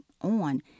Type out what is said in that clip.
on